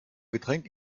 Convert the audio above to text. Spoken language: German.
getränk